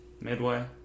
Midway